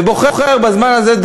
ובוחר בזמן הזה,